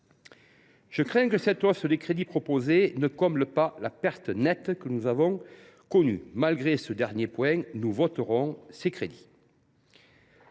Je crains que la hausse des crédits proposée ne comble pas la perte nette que nous avons connue. Malgré ce dernier point, nous voterons ces crédits.